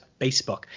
Facebook